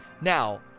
Now